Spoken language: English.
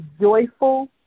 joyful